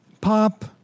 pop